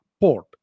port